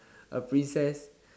A princess